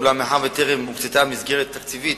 אולם מאחר שטרם הוקצתה מסגרת תקציבית